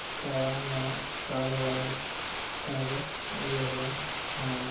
ਤਾਂ ਮੈਂ ਕਾਰਵਾਈ ਕਰ ਰਿਹਾ ਹਾਂ